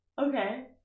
Okay